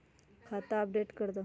खाता अपडेट करदहु?